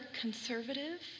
conservative